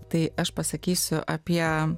tai aš pasakysiu apie